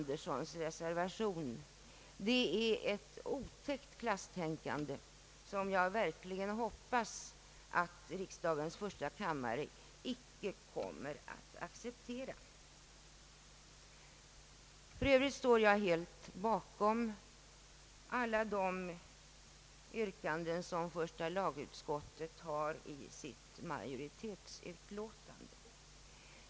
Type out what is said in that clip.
Det rör sig här om ett otäckt klasstänkande som jag verkligen hoppas att riksdagens första kammare inte kommer att acceptera. För Övrigt står jag helt bakom alla de yrkanden som första lagutskottet gör i sitt majoritetsutlåtande.